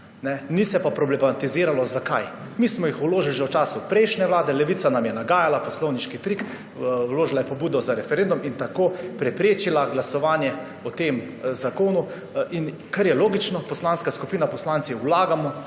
ni se pa problematiziralo, zakaj. Mi smo jih vložili že v času prejšnje vlade, Levica nam je nagajala, poslovniški trik, vložila je pobudo za referendum in tako preprečila glasovanje o tem zakonu. Kar je logično, poslanska skupina, poslanci vlagamo